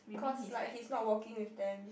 cause like he's not walking with them